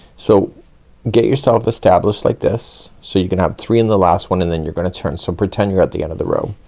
so get yourself established, like this. so you can have three in the last one, and then you're gonna turn, so pretend you're at the end of the row.